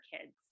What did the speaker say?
kids